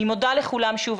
אני מודה לכולם שוב,